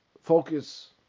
focus